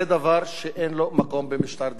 זה דבר שאין לו מקום במשטר דמוקרטי.